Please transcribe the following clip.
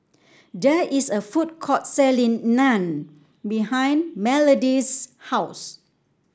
there is a food court selling Naan behind Melody's house